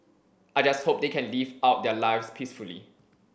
I just hope they can live out their lives peacefully